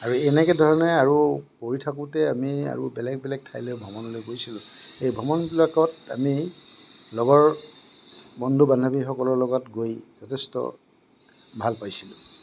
আৰু এনে ধৰণে আৰু পঢ়ি থাকোতে আমি আৰু বেলেগ বেলেগ ঠাইলৈ ভ্ৰমণলৈ গৈছিলোঁ এই ভ্ৰমণবিলাকত আমি লগৰ বন্ধু বান্ধৱীসকলৰ লগত গৈ যথেষ্ট ভাল পাইছিলোঁ